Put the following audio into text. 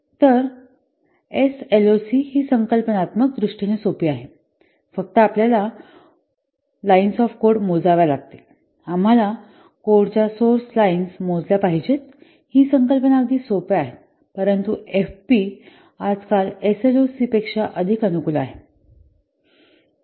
तर एसएलओसी ही संकल्पनात्मक दृष्टीने सोपी आहे फक्त आपल्याला कोडच्या ओळी मोजाव्या लागतील आम्हाला कोडच्या सोर्स लाइन्स मोजल्या पाहिजेत ही संकल्पना अगदी सोप्या आहेत परंतु एफपी आजकाल एसएलओसीपेक्षा अधिक अनुकूल आहे